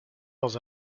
dans